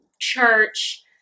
church